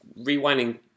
rewinding